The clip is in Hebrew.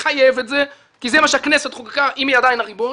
מחייב את זה כי זה מה שהכנסת חוקקה אם היא עדיין הריבון,